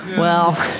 well,